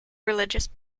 religious